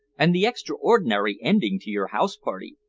and the extraordinary ending to your house-party.